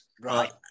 Right